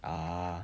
ah